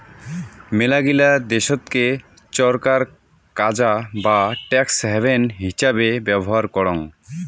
মেলাগিলা দেশতকে ছরকার কাজা বা ট্যাক্স হ্যাভেন হিচাবে ব্যবহার করং